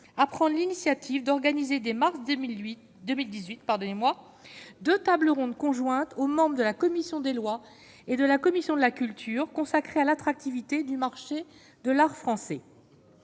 à prendre l'initiative d'organiser dès mars 2008 2018, pardonnez-moi de tables rondes conjointes aux membres de la commission des lois et de la commission de la culture consacré à l'attractivité du marché de l'art français,